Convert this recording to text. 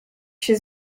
się